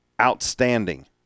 outstanding